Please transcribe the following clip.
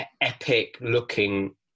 epic-looking